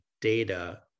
data